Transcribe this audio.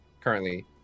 currently